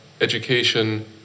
education